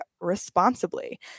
responsibly